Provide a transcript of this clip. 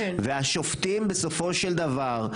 והשופטים בסופו של דבר,